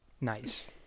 Nice